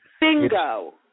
Bingo